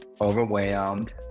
overwhelmed